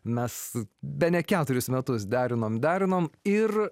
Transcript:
mes bene keturis metus derinom derinom ir